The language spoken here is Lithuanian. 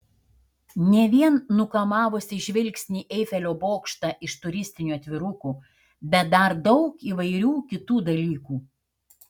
ne vien nukamavusį žvilgsnį eifelio bokštą iš turistinių atvirukų bet dar daug įvairių kitų dalykų